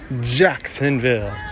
Jacksonville